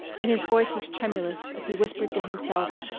and his voice was tremulous as he whispered to himself.